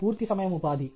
పూర్తి సమయం ఉపాధి